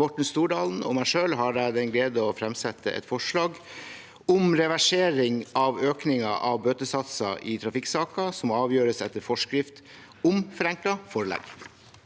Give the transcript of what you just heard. Morten Stordalen og meg selv har jeg den glede å fremsette et forslag om reversering av økningen av bøtesatsene i trafikksaker som avgjøres etter forskrift om forenklet forelegg.